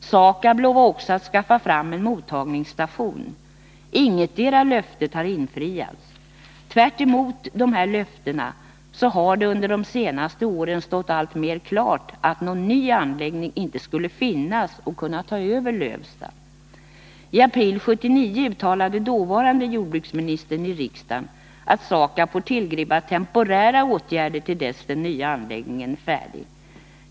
SAKAB lovade också att skaffa fram en mottagningsstation. Ingetdera löftet har infriats. Tvärtom har det under de senaste åren stått alltmer klart att någon ny anläggning inte skulle finnas som kunde ta över från Lövsta. I april 1979 uttalade dåvarande jordbruksministern i riksdagen att SAKAB får tillgripa temporära åtgärder till dess den nya anläggningen är färdig.